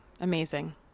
Amazing